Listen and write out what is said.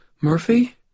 Murphy